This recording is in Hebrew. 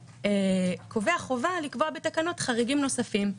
וקובע חובה לקבוע בתקנות חריגים נוספים.